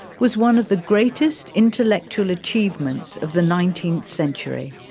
was one of the greatest intellectual achievements of the nineteenth century.